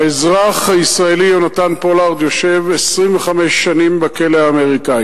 האזרח הישראלי יונתן פולארד יושב 25 שנים בכלא האמריקני